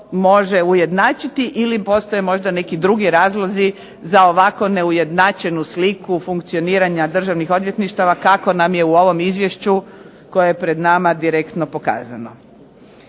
može ujednačiti ili postoje možda neki drugi razlozi za ovako neujednačenu sliku funkcioniranja državnih odvjetništava kako nam je u ovom Izvješću koje je pred nama direktno pokazano.